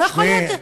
זה לא יכול להיות.